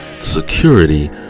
security